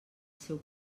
seu